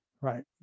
Right